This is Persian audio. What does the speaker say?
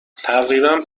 تقریبا